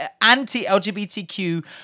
anti-LGBTQ